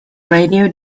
radio